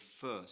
first